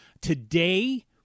Today